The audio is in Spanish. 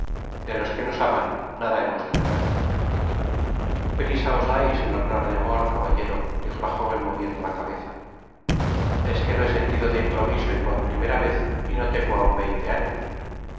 de los que nos aman nada hemos de temer os dais en hablar de amor caballero dijo la jóven moviendo la cabeza es que lo he sentido de improviso y por primera vez y no tengo aun veinte anos